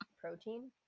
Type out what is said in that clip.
protein